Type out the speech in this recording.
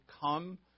come